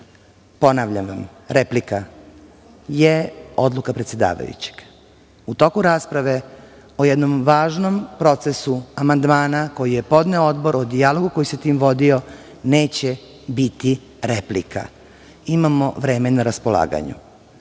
sednici. Ponavljam vam, replika je odluka predsedavajućeg, u toku rasprave o jednom važnom procesu amandmana koji je podneo odbor, o dijalogu koji se tim vodio, neće biti replika. Imamo vreme na raspolaganju. Molim